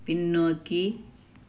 பின்னோக்கி